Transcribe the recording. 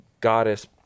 goddess